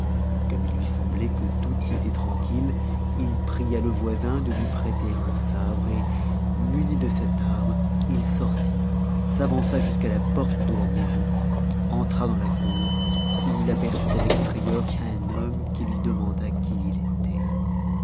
comme il lui semblait que tout y était tranquille il pria le voisin de lui prêter un sabre et muni de cette arme il sortit s'avança s'jn'a a porte de la maison entra dans la cour où il aperçut avec irayeur t n h un homme qui lui demanda qui il était